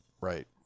Right